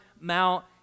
Mount